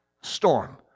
storm